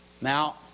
Now